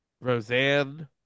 Roseanne